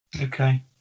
okay